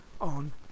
on